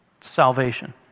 salvation